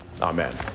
Amen